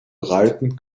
breiten